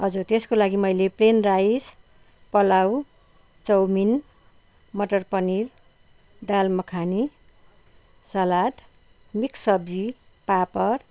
हजुर त्यसको लागि मैले plain rice pulao chow mein matar paneer dal makhani salad mix सब्जी पापड